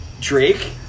Drake